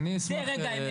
זה רגע האמת,